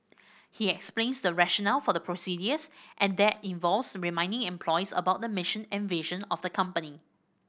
he explains the rationale for the procedures and that involves reminding employees about the mission and vision of the company